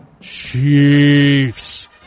Chiefs